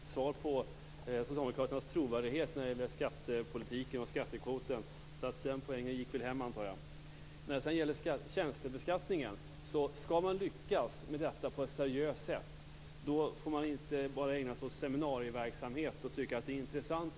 Fru talman! Jag fick inget svar på frågan om socialdemokraternas trovärdighet när det gäller skattepolitiken och skattekvoten. Så den poängen gick väl hem, antar jag. Skall man lyckas med tjänstebeskattningen på ett seriöst sätt får man inte bara ägna sig åt seminarieverksamhet och tycka att det är intressant.